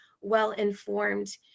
well-informed